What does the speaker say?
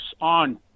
on